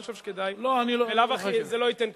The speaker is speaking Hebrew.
אני חושב שכדאי, בלאו הכי זה לא ייתן כלום.